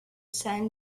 san